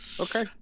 Okay